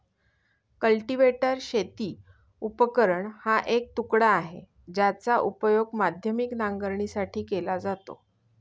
cultivator शेती उपकरण हा एक तुकडा आहे, ज्याचा उपयोग माध्यमिक नांगरणीसाठी केला जातो